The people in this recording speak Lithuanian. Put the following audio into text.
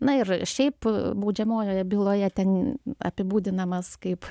na ir šiaip baudžiamojoje byloje ten apibūdinamas kaip